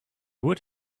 would